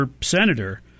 senator